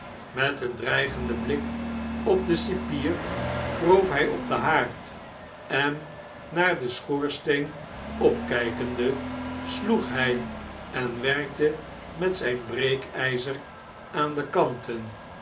met een dreigenden blik op den cipier kroop bjj op den haard en naar den schoorsteen opkgkende sloeg hjj en werkte met zfln breekijzer aan de kanten